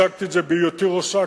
הצגתי את זה בהיותי ראש אכ"א,